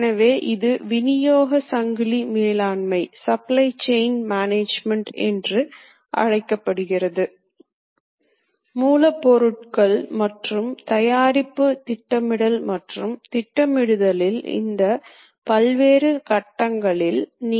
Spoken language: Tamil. எனவே இந்த இயந்திரங்களுக்கு சிறந்த பராமரிப்பு தேவை ஏனெனில் அவை முறையாக பராமரிக்கப்படாவிட்டால் அவை சேதமடைந்து இறுதியாக துல்லியத்தை இழக்கின்றன